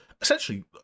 Essentially